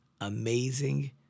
amazing